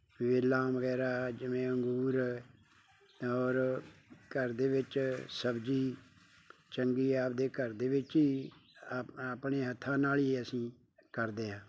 ਵੇਲ੍ਹਾਂ ਵਗੈਰਾ ਜਿਵੇਂ ਅੰਗੂਰ ਔਰ ਘਰ ਦੇ ਵਿੱਚ ਸਬਜ਼ੀ ਚੰਗੀ ਆਪਦੇ ਘਰ ਦੇ ਵਿੱਚ ਹੀ ਅਪ ਆਪਣੇ ਹੱਥਾਂ ਨਾਲ ਹੀ ਅਸੀਂ ਕਰਦੇ ਹਾਂ